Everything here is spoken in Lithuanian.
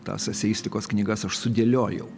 tas eseistikos knygas aš sudėliojau